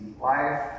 life